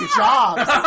jobs